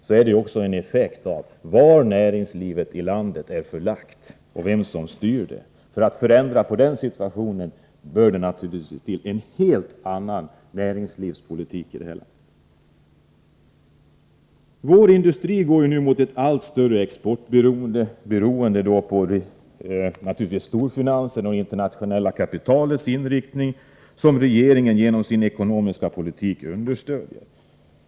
Det är ju också en effekt av var i landet näringslivet är förlagt och vem som styr det. För att ändra på den situationen måste det naturligtvis till en helt annan näringslivspolitik här i landet. Vår industri går nu mot ett allt större exportberoende. Det beror naturligtvis på storfinansens och det internationella kapitalets inriktning, vilken regeringen genom sin ekonomiska politik understöder.